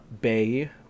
bay